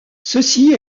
ceci